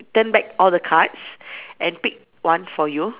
turn back all the cards and pick one for you